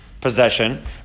possession